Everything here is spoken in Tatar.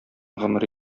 гомер